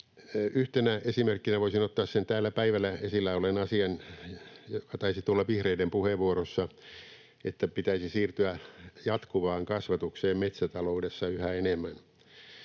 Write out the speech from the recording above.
Yhtenä esimerkkinä voisin ottaa sen täällä päivällä esillä olleen asian — taisi tulla vihreiden puheenvuorossa — että pitäisi siirtyä jatkuvaan kasvatukseen metsätaloudessa yhä enemmän.